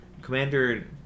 Commander